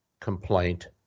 complaint